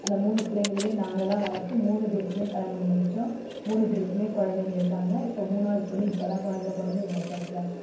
அந்த மூணு பிள்ளைங்களுமே நாங்கள் தான் வளத்து மூணு பேருக்கும் கல்யாணம் பண்ணி வைச்சோம் மூணு பேருக்கும் குழந்தைங்க இருக்காங்க இப்போ மூணாவது பொண்ணு இப்போதான் குழந்தை பிறந்து எங்ககிட்ட இருக்கிறாங்க